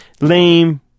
lame